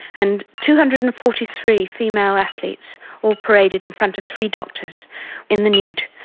and two hundred and forty three female athletes all paraded in front of three doctors in the nude,